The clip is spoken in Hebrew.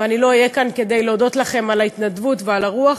ואני לא אהיה כאן כדי להודות לכם על ההתנדבות ועל הרוח,